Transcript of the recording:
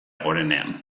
gorenean